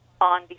on